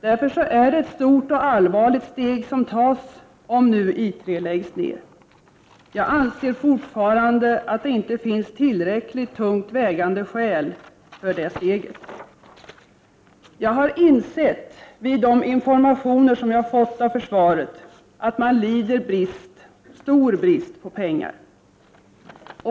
Därför är det ett stort och allvarligt steg som tas, om nu I 3 läggs ner. Jag anser fortfarande att det inte finns tillräckligt tungt vägande skäl för det steget. Jag har vid de informationer jag har fått insett att försvaret lider stor brist på pengar.